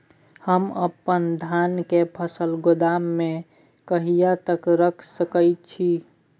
हम अपन धान के फसल गोदाम में कहिया तक रख सकैय छी?